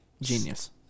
Genius